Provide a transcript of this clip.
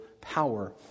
power